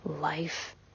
life